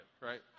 right